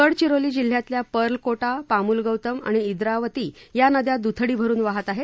गडचिरोली जिल्ह्यातल्या पर्लकोटा पामुलगौतम आणि द्वावती या नद्या दुथडी भरुन वाहत आहेत